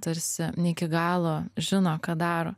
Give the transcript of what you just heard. tarsi ne iki galo žino ką daro